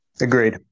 Agreed